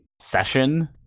session